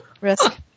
risk